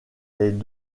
les